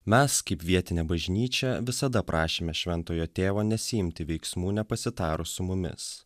mes kaip vietinė bažnyčia visada prašėme šventojo tėvo nesiimti veiksmų nepasitarus su mumis